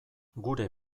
gure